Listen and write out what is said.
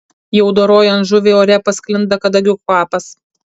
jau dorojant žuvį ore pasklinda kadagių kvapas